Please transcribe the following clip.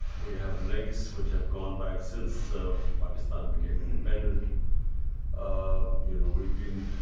we have links which have gone back since so pakistan became independent um you know we've been